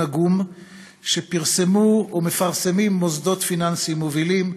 עגום שפרסמו מוסדות פיננסיים מובילים,